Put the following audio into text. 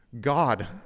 God